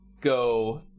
go